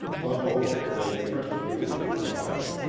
the host laid fresh fuel on the fire,